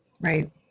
right